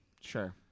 Sure